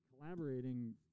collaborating